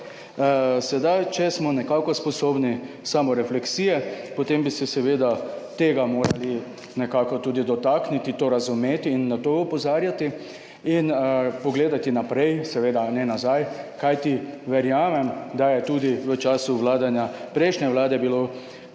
Sedaj, če smo nekako sposobni samorefleksije, potem bi se seveda tega morali nekako tudi dotakniti, to razumeti in na to opozarjati in pogledati naprej, seveda ne nazaj. Kajti, verjamem, da je tudi v času vladanja prejšnje vlade bila